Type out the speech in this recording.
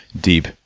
deep